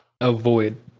avoid